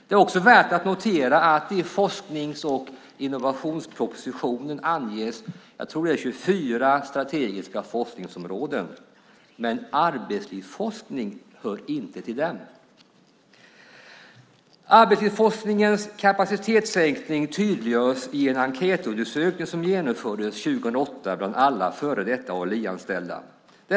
Det är också värt att notera att i forsknings och innovationspropositionen anges 24, tror jag, strategiska forskningsområden - men arbetslivsforskning hör inte till dem. Arbetslivsforskningens kapacitetssänkning tydliggörs i en enkätundersökning som genomfördes 2008 bland alla före detta ALI-anställda.